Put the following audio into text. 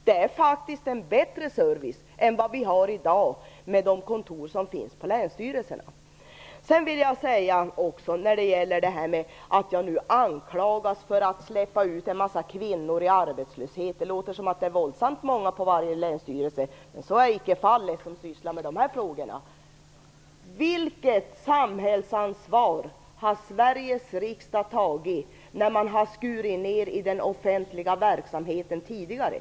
Det är faktiskt en bättre service än vad vi har i dag med de kontor som finns på länsstyrelserna. Jag anklagas nu för att släppa ut en massa kvinnor i arbetslöshet. Det låter som att det är våldsamt många på varje länsstyrelse som sysslar med dessa frågor. Så är icke fallet. Vilket samhällsansvar har Sveriges riksdag tagit när man har skurit ner i den offentliga verksamheten tidigare?